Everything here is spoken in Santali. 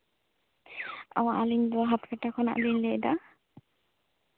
ᱟᱞᱤᱧ ᱫᱚ ᱦᱟᱛᱠᱟᱴᱟ ᱠᱷᱚᱱᱟᱜ ᱞᱤᱧ ᱞᱟᱹᱭᱫᱟ